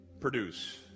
produce